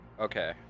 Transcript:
Okay